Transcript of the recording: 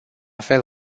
fel